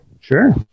Sure